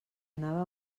anava